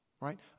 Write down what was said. right